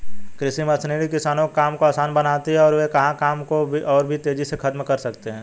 कृषि मशीनरी किसानों के काम को आसान बनाती है और वे वहां काम को और भी तेजी से खत्म कर सकते हैं